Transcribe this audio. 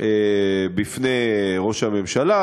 בפני ראש הממשלה,